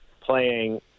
playing